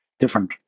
different